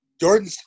Jordan